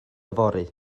fory